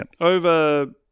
over